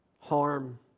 harm